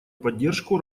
поддержку